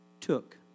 took